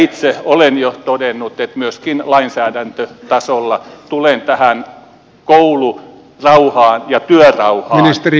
itse olen jo todennut että myöskin lainsäädäntötasolla tulen tähän koulurauhaan ja työrauhaan puuttumaan